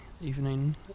evening